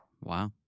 Wow